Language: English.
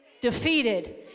defeated